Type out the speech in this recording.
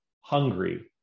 hungry